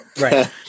Right